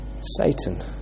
Satan